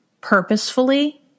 purposefully